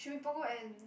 should be Punggol end